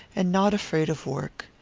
and not afraid of work.